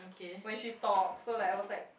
when she talk so like I was like